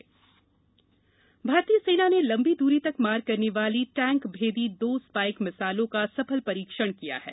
मध्यप्रदेश सेना प्रमुख भारतीय सेना ने लम्बी दूरी तक मार करने वाली टैंक भेदी दो स्पाइक मिसाइलों का सफल परीक्षण किया है